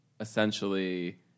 essentially